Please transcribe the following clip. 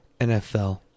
NFL